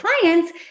clients